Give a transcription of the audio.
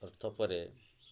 ଅର୍ଥ ପରେ